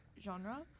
genre